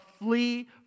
flee